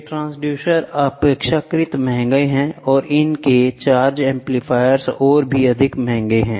ये ट्रांसड्यूसर अपेक्षाकृत महंगे हैं और उनके चार्ज एम्प्लीफायर्स और भी अधिक महंगे हैं